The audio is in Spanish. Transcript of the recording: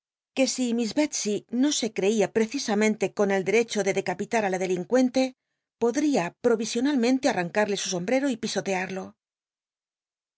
que si miss bctscy no se creía precisamente con el derecho de decapitar j la delincuente jlo dria provisionalmente arran cal'ic su sombrero y pisoteado